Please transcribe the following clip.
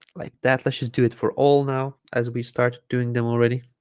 like that let's just do it for all now as we start doing them already